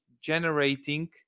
generating